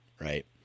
Right